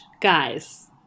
Guys